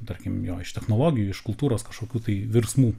tarkim jo iš technologijų iš kultūros kažkokių tai virsmų